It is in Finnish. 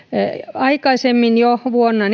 jo aikaisemmin vuonna